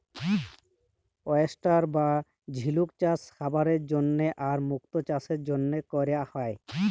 oyster বা ঝিলুক চাস খাবারের জন্হে আর মুক্ত চাসের জনহে ক্যরা হ্যয়ে